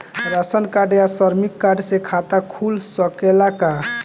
Ration card या श्रमिक card से खाता खुल सकेला का?